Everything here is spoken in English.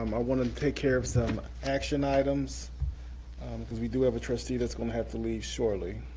um i wanna take care of some action items because we do have a trustee that's gonna have to leave shortly,